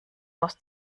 aus